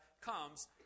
comes